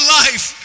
life